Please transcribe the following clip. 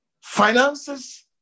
Finances